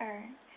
alright